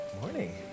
morning